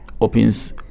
opens